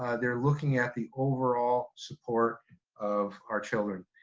they're looking at the overall support of our children.